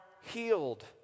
healed